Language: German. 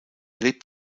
lebt